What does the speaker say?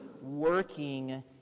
working